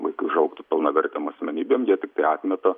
vaikai užaugtų pilnavertėm asmenybėm jie tiktai atmeta